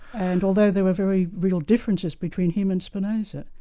and although there are very real differences between him and spinoza,